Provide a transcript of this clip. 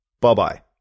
bye-bye